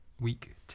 week